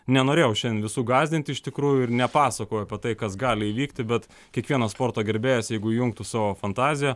nenorėjau šiandien visų gąsdinti iš tikrųjų ir nepasakojau apie tai kas gali įvykti bet kiekvienas sporto gerbėjas jeigu įjungtų savo fantaziją